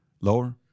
lower